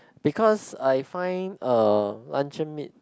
because I find uh luncheon meat